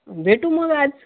भेटू मग आज